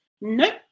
nope